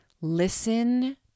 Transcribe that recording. Listen